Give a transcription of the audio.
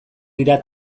dira